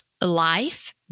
life